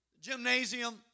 Gymnasium